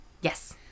Yes